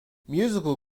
musical